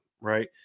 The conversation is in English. right